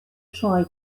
try